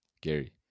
Gary